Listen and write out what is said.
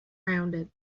rounded